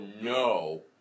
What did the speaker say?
no